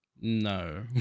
No